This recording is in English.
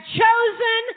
chosen